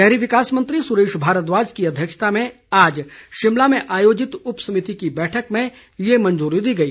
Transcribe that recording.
शहरी विकास मंत्री सुरेश भारद्वाज की अध्यक्षता में आज शिमला में आयोजित उप समिति की बैठक में ये मंजूरी दी गई